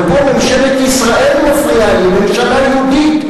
אבל פה ממשלת ישראל מפריעה לי, ממשלה יהודית.